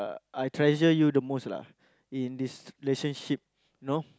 I I treasure you the most lah in this relationship you know